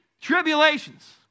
tribulations